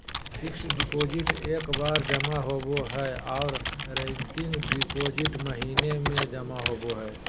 fixed deposit एक बार जमा होबो हय आर रेकरिंग डिपॉजिट महीने में जमा होबय हय